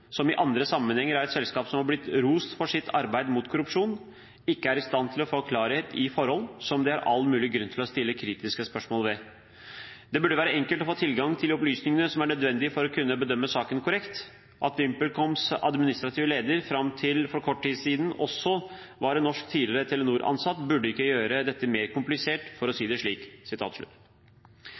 som i andre sammenhenger er et selskap som er blitt rost for sitt arbeid mot korrupsjon, ikke er i stand til å få klarhet i forhold som det er all mulig grunn til å stille kritiske spørsmål ved. Det burde være enkelt å få tilgang til de opplysningene som er nødvendig for å kunne bedømme saken korrekt. At VimpelComs administrative leder fram til for kort tid siden også var en norsk tidligere Telenor-ansatt, burde ikke gjøre dette mer komplisert, for å si det slik.»